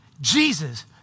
Jesus